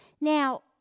Now